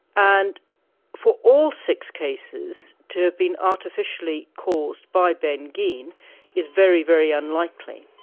and for all six cases to have been artificially caused by ben geen is very, very unlikely.